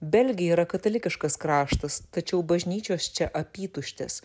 belgija yra katalikiškas kraštas tačiau bažnyčios čia apytuštės